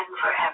forever